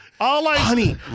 Honey